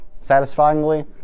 satisfyingly